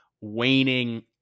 waning